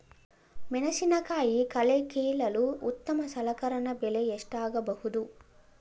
ಮೆಣಸಿನಕಾಯಿ ಕಳೆ ಕೀಳಲು ಉತ್ತಮ ಸಲಕರಣೆ ಬೆಲೆ ಎಷ್ಟಾಗಬಹುದು?